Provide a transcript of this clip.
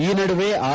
ಈ ನದುವೆ ಆರ್